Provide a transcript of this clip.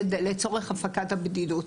לצורך הפגת הבדידות.